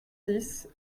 dix